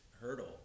hurdle